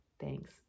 Thanks